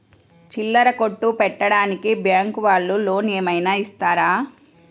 చిల్లర కొట్టు పెట్టుకోడానికి బ్యాంకు వాళ్ళు లోన్ ఏమైనా ఇస్తారా?